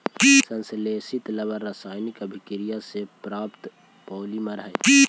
संश्लेषित रबर रासायनिक अभिक्रिया से प्राप्त पॉलिमर हइ